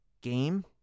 game